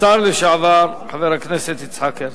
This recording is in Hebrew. השר לשעבר, חבר הכנסת יצחק הרצוג.